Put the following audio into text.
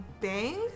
Bang